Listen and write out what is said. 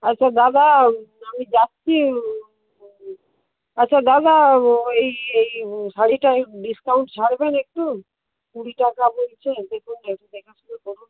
আচ্ছা দাদা আমি যাচ্ছি আচ্ছা দাদা ওই এই শাড়িটায় ডিসকাউন্ট ছাড়বেন একটু কুড়ি টাকা বলছেন দেখুন না একটু দেখে শুনে করুন না